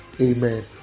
Amen